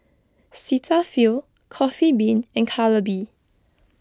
Cetaphil Coffee Bean and Calbee